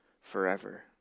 forever